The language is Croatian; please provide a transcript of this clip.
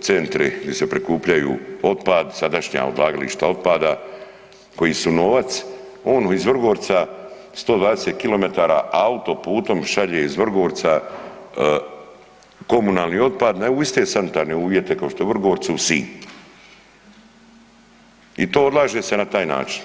centri gdje se prikuplja otpad, sadašnja odlagališta otpada koji su novac onu iz Vrgorca 120km autoputom šalje iz Vrgorca komunalni otpad u iste sanitarne uvjete kao što je u Vrgorcu u Sinj i to odlaže se na taj način.